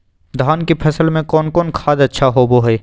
धान की फ़सल में कौन कौन खाद अच्छा होबो हाय?